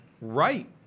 Right